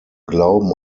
glauben